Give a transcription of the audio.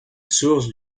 source